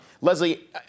Leslie